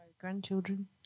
grandchildren